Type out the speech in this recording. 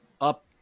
up